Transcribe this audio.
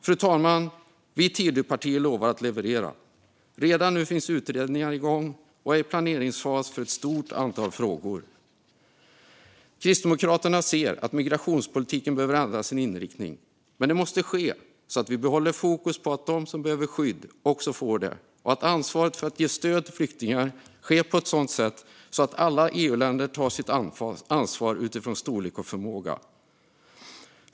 Fru talman! Vi Tidöpartier lovar att leverera. Redan nu är utredningar igång och är i planeringsfas för ett stort antal frågor. Kristdemokraterna ser att migrationspolitiken måste ändra inriktning. Men det måste ske så att vi behåller fokus på att de som behöver skydd också får det och så att ansvaret för att ge stöd till flyktingar sker på ett sådant sätt att alla EU-länder tar sitt ansvar utifrån storlek och förmåga.